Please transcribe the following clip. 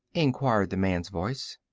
enquired the man's voice.